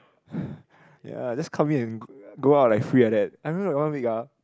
ppo ya just come in and go out like free like that I remember that one week uh